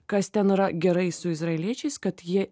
kas ten yra gerai su izraeliečiais kad jie